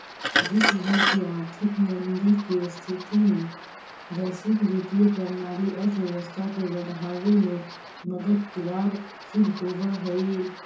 विश्व भर के आर्थिक मंदी के स्थिति में वैश्विक वित्तीय प्रणाली अर्थव्यवस्था के बढ़ावे में मददगार सिद्ध होवऽ हई